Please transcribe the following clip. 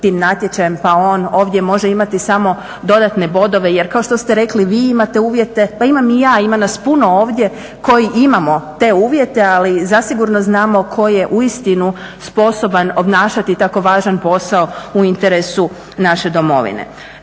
tim natječajem pa on ovdje može imati samo dodatne bodove jer kao što ste rekli vi imate uvjete. Pa imam i ja ima nas puno ovdje koji imamo te uvjete ali zasigurno znamo tko je uistinu sposoban obnašati takvo važan posao u interesu naše domovine.